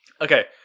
Okay